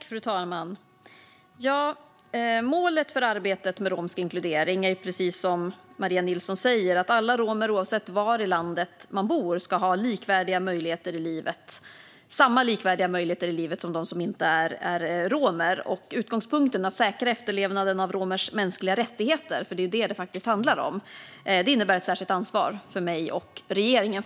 Fru talman! Målet för arbetet med romsk inkludering är, precis som Maria Nilsson säger, att alla romer oavsett var i landet de bor ska ha samma likvärdiga möjligheter i livet som de som inte är romer. Utgångspunkten att säkra efterlevnaden av romers mänskliga rättigheter, för det är detta det handlar om, innebär ett särskilt ansvar för mig och regeringen.